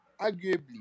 Arguably